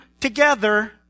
together